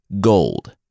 Gold